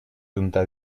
junta